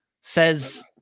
says